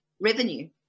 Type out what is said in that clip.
Revenue